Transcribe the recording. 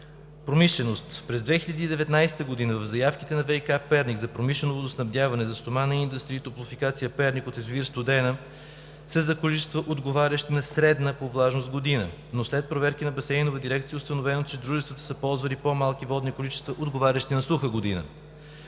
Промишленост. През 2019 г. заявките на ВиК – Перник, за промишлено водоснабдяване на „Стомана индъстри“ и „Топлофикация – Перник“ от язовир „Студена“ са за количества, отговарящи на средна по влажност година, но след проверка на Басейнова дирекция е установено, че дружествата са ползвали по-малки водни количества, отговарящи на суха година.